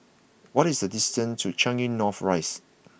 what is the distance to Changi North Rise